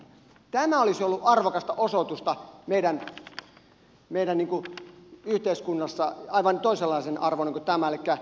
tämä olisi ollut arvokasta osoitusta meidän yhteiskunnassamme aivan toisenlaisen arvoinen kuin tämä nyt tehty